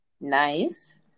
Nice